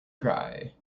cry